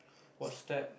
what step